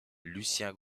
lucien